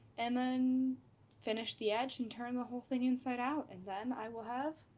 and then finish the edge and turn the whole thing inside out, and then i will have